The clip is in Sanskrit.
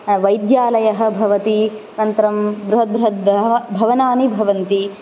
वैद्यालयः भवति अनन्तरं बृहद् बृहद् भव भवनानि भवन्ति